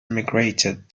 emigrated